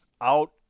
out